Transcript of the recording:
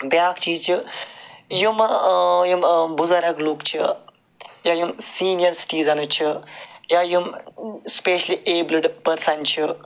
بیٛاکھ چیٖز چھُ یِمہٕ یِم بُزرگ لُکھ چھِ یا یِم سیٖنیر سِٹیٖزنٕز چھِ یا یِم سِپیٚشلی ایٚبلُڈ پٔرسن چھِ